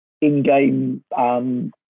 in-game